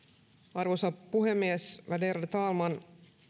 arvoisa puhemies värderade talman